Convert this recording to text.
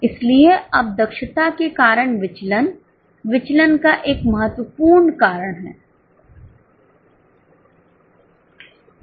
इसलिए अब दक्षता के कारण विचलन विचलन का एक महत्वपूर्ण कारण है